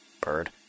Bird